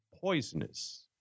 poisonous